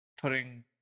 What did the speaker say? putting